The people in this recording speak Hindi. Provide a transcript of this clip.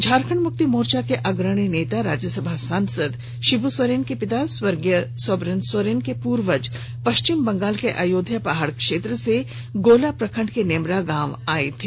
झारखंड मुक्ति मोर्चा के अग्रणी नेता राज्यसभा सांसद शिवू सोरेन के पिता स्वर्गीय सोबरन सोरेन के पूर्वज पश्चिम बंगाल के अयोध्या पहाड़ क्षेत्र से गोला प्रखंड के नेमरा गांव आए थे